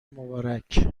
مبارک